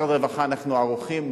במשרד הרווחה אנחנו ערוכים,